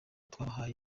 twabahaye